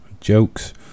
jokes